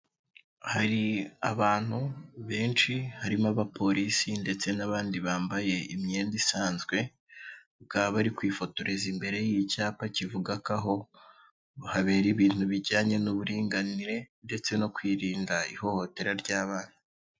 Hari abantu benshi harimo abapolisi ndetse n'abandi bambaye imyenda isanzwe, bakaba bari kwifotoreza imbere y'icyapa kivuga ko aho habera ibintu bijyanye n'uburinganire ndetse no kwirinda ihohotera ry'abana.